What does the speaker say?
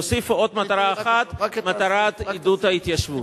יוסיפו עוד מטרה אחת: מטרת עידוד ההתיישבות.